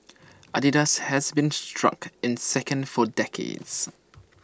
Adidas has been struck in second for decades